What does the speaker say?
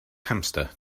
hamster